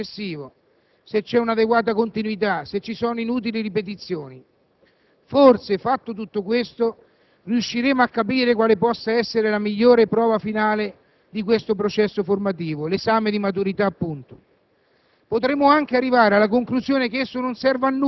vedere, ad esempio, se ogni percorso aggancia bene il successivo, se c'è un'adeguata continuità, se ci sono inutili ripetizioni. Forse, fatto tutto questo, riusciremmo a capire quale possa essere la migliore prova finale di questo processo formativo: l'esame di maturità.